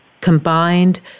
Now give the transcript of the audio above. combined